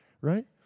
right